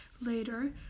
later